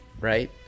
right